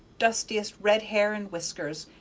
dustiest red hair and whiskers,